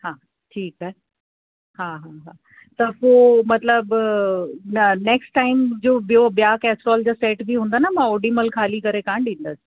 हा ठीकु आहे हा हा हा त पोइ मतलबु न नेक्स्ट टाइम जो ॿियो ॿिया कैस्ट्रोल जा सैट बि हूंदा न मां ओॾी महिल ख़ाली करे कान ॾींदसि